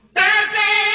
Thursday